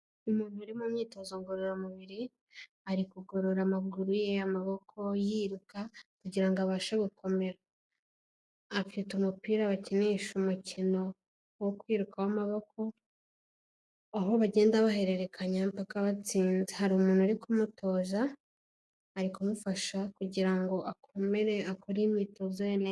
Umuntu uri mu myitozo ngororamubiri, ari kugorora amaguru ye, amaboko, yiruka kugira ngo abashe gukomera. Afite umupira bakinisha umukino wo kwiruka w'amaboko, aho bagenda bahererekanya mpaka batsinze. Hari umuntu uri kumutoza, ari kumufasha kugira ngo akomere akore imyitozo ye neza.